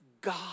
God